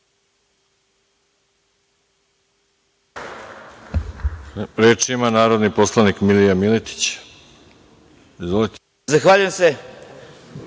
Reč ima narodni poslanik Milija Miletić. Izvolite. **Milija